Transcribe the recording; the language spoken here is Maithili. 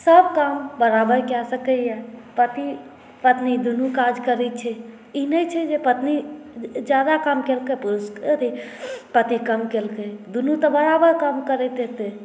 सभ काम बराबर कए सकैए पति पत्नी दुनू काज करैत छै ई नहि छै जे पत्नी ज्यादा काम केलकै पुरुष अथी पति कम केलकै दुनू तऽ बराबर काम करैत हेतै